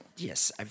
Yes